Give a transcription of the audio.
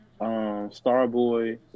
Starboy